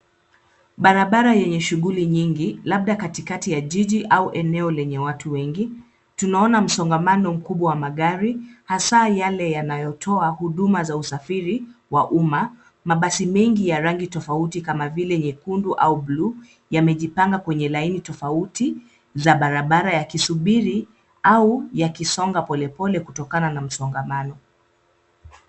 Barabara yenye shughuli nyingi labda katikati ya jiji au eneo lenye watu wengi. Tunaona msongamano mkubwa wa magari hasa yale yanayotoa huduma za usafiri wa umma. Mabasi mengi ya rangi tofauti kama vile nyekundu au bluu yamejipanga kwenye laini tofauti za barabara yakisubiri au yakisonga polepole kutokana na msongamano.